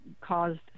caused